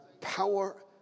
power